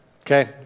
Okay